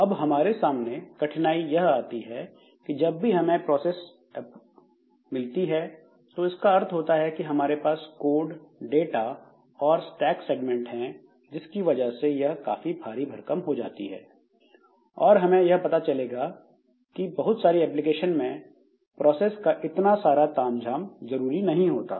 अब हमारे सामने कठिनाई यह आती है कि जब भी हमें कोई प्रोसेस मिलती है तो इसका अर्थ होता है कि इसके पास कोड डाटा और स्टैक सेगमेंट है जिसकी वजह से यह काफी भारी भरकम हो जाती है और हमें यह पता चलेगा कि बहुत सारी एप्लीकेशन में प्रोसेस का इतना ज्यादा तामझाम जरूरी नहीं होता